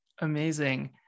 Amazing